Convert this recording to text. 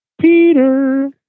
Peter